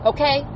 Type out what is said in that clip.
Okay